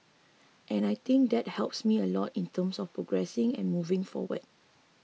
and I think that helps me a lot in terms of progressing and moving forward